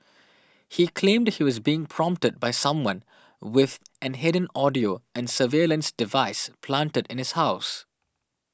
he claimed he was being prompted by someone with an hidden audio and surveillance device planted in his house